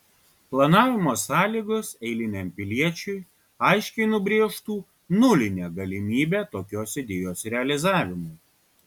planavimo sąlygos eiliniam piliečiui aiškiai nubrėžtų nulinę galimybę tokios idėjos realizavimui